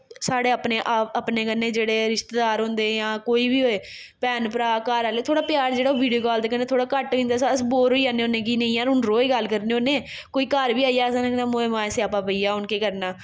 साढ़े अपने आ अपने कन्नै जेह्ड़े रिश्तेदार होंदे जां कोई बी होऐ भैन भ्राऽ घर आह्ले थोह्ड़ा प्यार जेह्ड़ा वीडियो कॉल दे कन्नै थोह्ड़ा घट्ट होई जंदा अस बोर होई जन्ने होन्ने कि नेईं यार हून रोज़ गल्ल करने होन्ने कोई घर बी आई जाए सानूं आखने मोए स्यापा पेई गेआ हून केह् करना